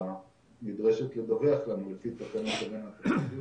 נדרשת לדווח לנו לפי תקנות הגנת הפרטיות,